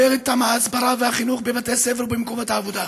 הגבר את ההסברה והחינוך בבתי הספר ובמקומות העבודה.